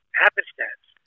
happenstance